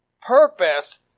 purpose